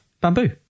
Bamboo